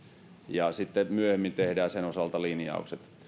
ja sitten myöhemmin tehdään sen osalta linjaukset